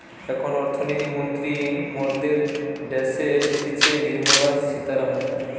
এখন অর্থনীতি মন্ত্রী মরদের ড্যাসে হতিছে নির্মলা সীতারামান